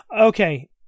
okay